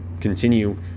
continue